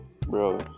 bro